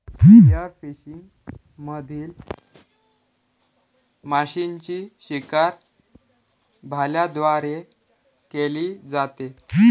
spearfishing मधील माशांची शिकार भाल्यांद्वारे केली जाते